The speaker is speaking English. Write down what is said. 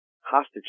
Hostage